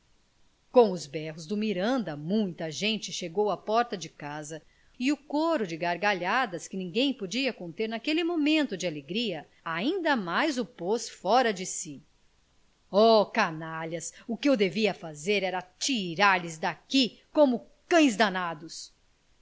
com os berros do miranda muita gente chegou à porta de casa e o coro de gargalhadas que ninguém podia conter naquele momento de alegria ainda mais o pôs fora de si ah canalhas o que eu devia fazer era atirar lhes daqui como a cães danados